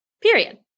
Period